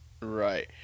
Right